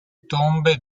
tombe